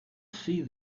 see